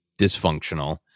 dysfunctional